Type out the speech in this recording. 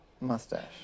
mustache